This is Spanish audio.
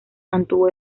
mantuvo